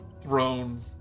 throne